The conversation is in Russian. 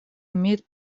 имеет